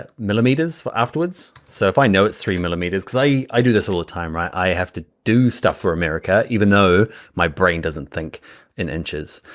ah millimeters for afterwards. so if i know it's three millimeters, because i i do this all the time, right. i have to do stuff for america. even though my brain doesn't think in inches.